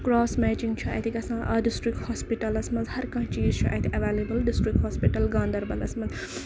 cross matching چھُ اَتہِ گژھان اَتھ ڈِسٹرک ہوسپِٹلَس منٛز ہر کانہہ چیٖز چھُ اَتہِ ایویلیبٔل ڈِسٹرک ہوسپِٹل گاندربلَس منٛز